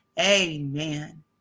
Amen